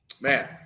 Man